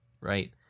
right